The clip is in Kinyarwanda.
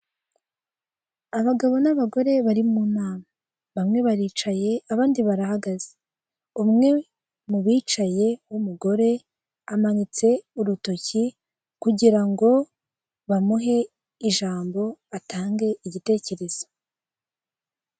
Abagabo n'abagore bari mu nama bamwe baricaye abandi barahagaze, umwe mu bicaye w'umugore amanitse urutoki kugira ngo bamuhe ijambo atange igitekerezo.